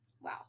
wow